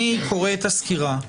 אני קורא את הסקירה.